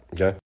okay